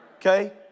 Okay